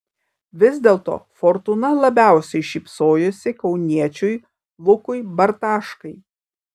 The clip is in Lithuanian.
vis dėlto fortūna labiausiai šypsojosi kauniečiui lukui bartaškai